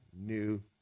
new